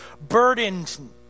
burdened